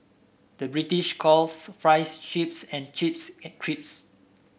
the British calls fries chips and chips crisps